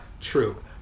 true